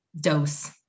dose